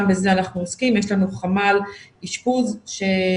גם בזה אנחנו עוסקים, יש לנו חמ"ל אשפוז שבאמת